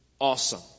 awesome